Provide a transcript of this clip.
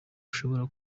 ashobora